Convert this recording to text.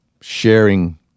sharing